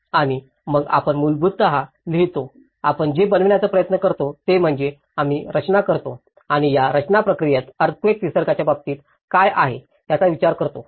आणि मग आपण मूलतः लिहितो आपण जे बनवण्याचा प्रयत्न करतो ते म्हणजे आम्ही रचना करतो आणि या रचना प्रक्रियेत अर्थक्वेक निसर्गाच्या बाबतीत काय आहे याचा विचार करतो